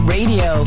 Radio